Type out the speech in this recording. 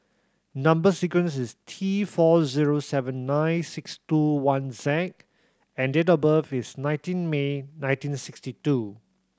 number sequence is T four zero seven nine six two one Z and date of birth is nineteen May nineteen sixty two